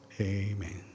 Amen